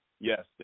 Yes